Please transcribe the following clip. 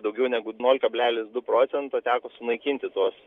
daugiau negu nol kablelis du procento teko sunaikinti tuos